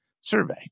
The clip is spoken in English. survey